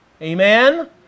Amen